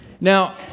Now